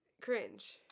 cringe